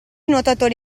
nuotatori